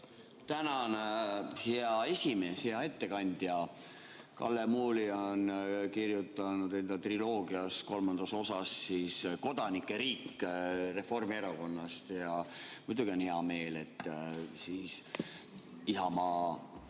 Tänan, hea esimees! Hea ettekandja! Kalle Muuli on kirjutanud enda triloogia kolmandas osas "Kodanike riik" Reformierakonnast. Muidugi on hea meel, et Isamaa